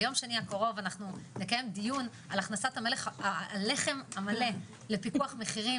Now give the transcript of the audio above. ביום שני הקרוב אנחנו נקיים דיון על הכנסת הלחם המלא לפיקוח מחירים,